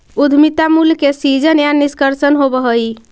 उद्यमिता मूल्य के सीजन या निष्कर्षण होवऽ हई